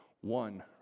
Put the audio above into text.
One